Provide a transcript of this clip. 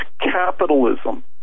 capitalism